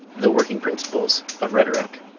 the working principles of rhetoric.